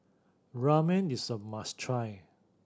ramen is a must try